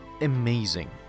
amazing